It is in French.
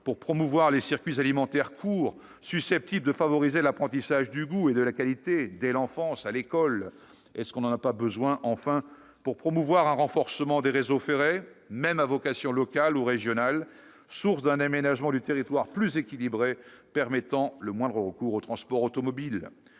pour promouvoir les circuits alimentaires courts, susceptibles de favoriser l'apprentissage du goût et de la qualité dès l'enfance, à l'école ? N'en avons-nous pas besoin pour promouvoir un renforcement des réseaux ferrés, même à vocation locale ou régionale, source d'un aménagement du territoire plus équilibré, permettant le moindre recours au transport automobile